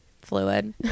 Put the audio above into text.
fluid